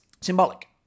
symbolic